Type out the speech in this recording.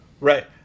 Right